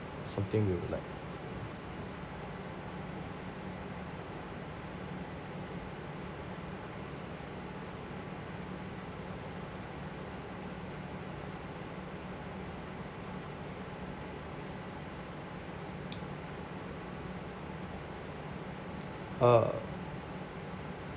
something we would like uh